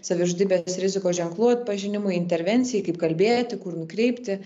savižudybės rizikos ženklų atpažinimui intervencijai kaip kalbėti kur nukreipti